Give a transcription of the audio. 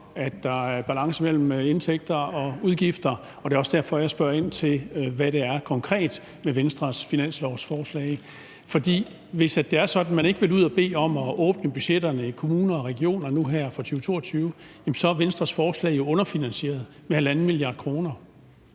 at der er balance mellem indtægter og udgifter, og det er også derfor, jeg spørger ind til, hvad det konkret er i Venstres finanslovsforslag. For hvis det er sådan, at man ikke vil ud at bede om at åbne budgetterne i kommuner og regioner nu her for 2022, er Venstres forslag jo underfinansieret med 1,5 mia. kr.